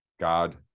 god